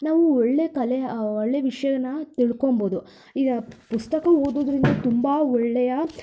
ನಾವು ಒಳ್ಳೆ ಕಲೆ ಒಳ್ಳೆ ವಿಷ್ಯನ ತಿಳ್ಕೊಬೌದು ಈಗ ಪುಸ್ತಕ ಓದುದ್ರಿಂದ ತುಂಬ ಒಳ್ಳೆಯ